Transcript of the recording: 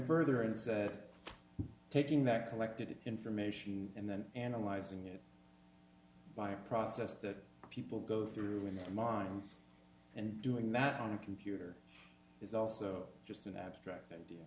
further in taking that collected information and then analyzing it by a process that people go through in their minds and doing that on a computer is also just an abstract idea